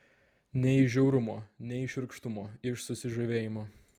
ne iš žiaurumo ne iš šiurkštumo iš susižavėjimo